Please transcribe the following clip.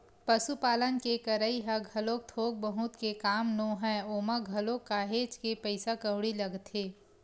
पसुपालन के करई ह घलोक थोक बहुत के काम नोहय ओमा घलोक काहेच के पइसा कउड़ी लगथे